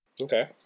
Okay